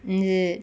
is it